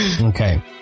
Okay